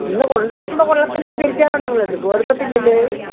ഇന്ന് കൊണ്ടുവരുമ്പം കൊള്ളത്തിലെങ്കിൽ തിരിച്ചുതന്നാൽ നിങ്ങൾ എടുക്കുമോ എടുക്കില്ലല്ലോ